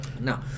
Now